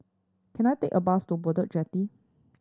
can I take a bus to Bedok Jetty